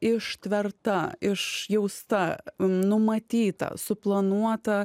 ištverta išjausta numatyta suplanuota